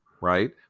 right